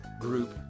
group